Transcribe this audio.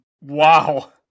wow